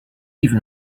even